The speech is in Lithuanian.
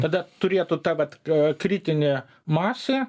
tada turėtų tą vat ka kritinė masė